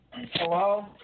Hello